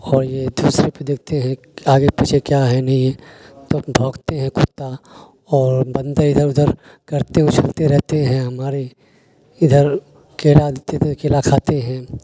اور یہ دوسرے پہ دیکھتے ہیں آگے پیچھے کیا ہے نہیں ہے تو بھوکتے ہیں کتا اور بندر ادھر ادھر کرتے اچھلتے رہتے ہیں ہمارے ادھر کیلا دیتے ہیں تو یہ کیلا کھاتے ہیں